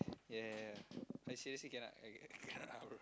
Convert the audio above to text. ya I seriously cannot I cannot ah bro